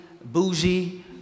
bougie